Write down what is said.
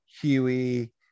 Huey